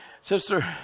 sister